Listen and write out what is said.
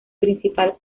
principal